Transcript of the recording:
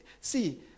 See